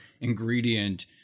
ingredient